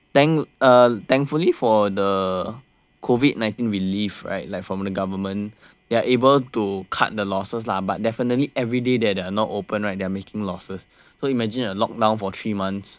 then uh thankfully for the COVID nineteen relief right like from the government they're able to cut the losses lah but definitely everyday they are not open right they're making losses so imagine a lockdown for three months !wah! that's a lot of loss